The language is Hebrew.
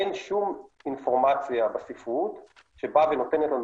אין שום אינפורמציה בספרות שנותנת לנו